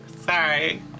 sorry